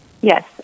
Yes